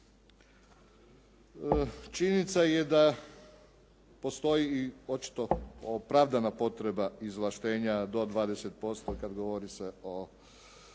Činjenica je da postoji očito opravdana potreba izvlaštenja do 20% kad govori se o